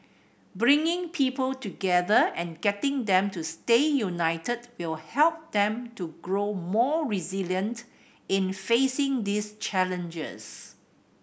bringing people together and getting them to stay united will help them to grow more resilient in facing these challenges